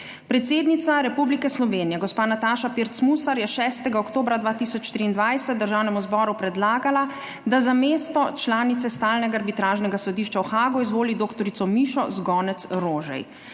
Predsednica Republike Slovenije gospa Nataša Pirc Musar je 6. oktobra 2023 Državnemu zboru predlagala, da za mesto članice Stalnega arbitražnega sodišča v Haagu izvoli dr. Mišo Zgonec - Rožej.